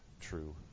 true